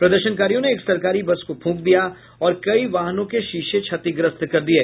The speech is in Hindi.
प्रदर्शनकारियों ने एक सरकारी बस को फूंक दिया और कई वाहनों के शीशे क्षतिग्रस्त कर दिये